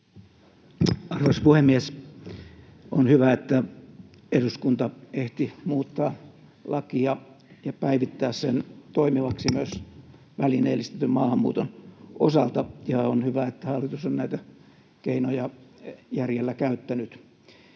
Arvoisa puhemies! On hyvä, että eduskunta ehti muuttaa lakia ja päivittää sen toimivaksi myös välineellistetyn maahanmuuton osalta, ja on hyvä, että hallitus on näitä keinoja järjellä käyttänyt.